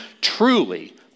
truly